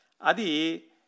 Adi